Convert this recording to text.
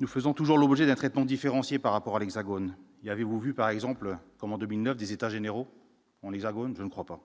nous faisons toujours l'objet d'un traitement différencié par rapport à l'Hexagone il y avez-vous vu, par exemple, comme en 2009, des états généraux ont l'Hexagone je ne crois pas,